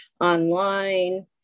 online